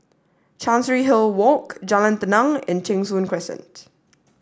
Chancery Hill Walk Jalan Tenang and Cheng Soon Crescent